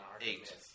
eight